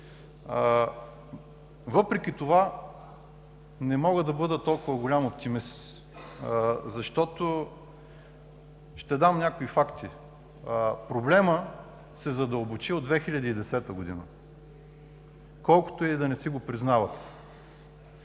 Въпреки това, не мога да бъда толкова голям оптимист, защото ще дам някои факти. Проблемът се задълбочи от 2010 г. – колкото и да не си го признават,